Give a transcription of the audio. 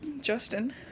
Justin